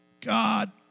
God